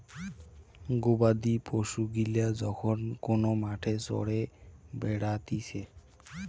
গবাদি পশু গিলা যখন কোন মাঠে চরে বেড়াতিছে